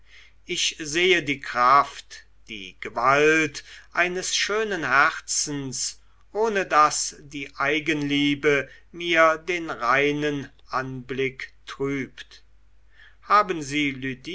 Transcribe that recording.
ich sehe die kraft die gewalt eines schönen herzens ohne daß die eigenliebe mir den reinen anblick trübt haben sie